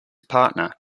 partner